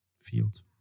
field